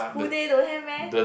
school day don't have meh